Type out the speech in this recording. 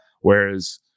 Whereas